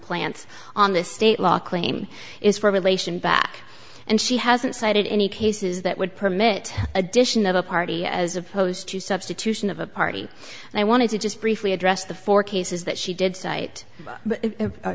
plants on this state law claim is for violation back and she hasn't cited any cases that would permit addition of a party as opposed to substitution of a party and i wanted to just briefly address the four cases that she did cite